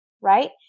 right